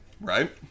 right